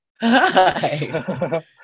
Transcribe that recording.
Hi